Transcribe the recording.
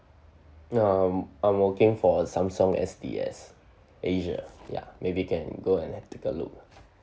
um I'm working for samsung S_D_S asia ya maybe can go and take a look ah